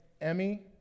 Emmy